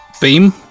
...beam